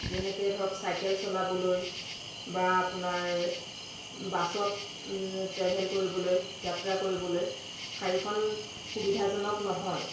যেনেকৈ ধৰক চাইকেল চলাবলৈ বা আপোনাৰ বাছত ট্ৰেভল কৰিবলৈ যাত্ৰা কৰিবলৈ শাৰীখন সুবিধাজনক নহয়